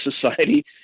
society